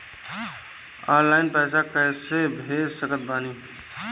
Online पैसा कैसे भेज सकत बानी?